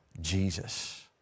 Jesus